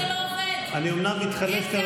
שזה לא עובד, איך זה יכול להיות?